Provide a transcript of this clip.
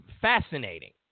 Fascinating